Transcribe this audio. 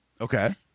Okay